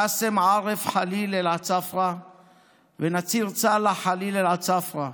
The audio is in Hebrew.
קאסם עארף חליל עסאפרה ונסיר סאלח חליל עסאפרה,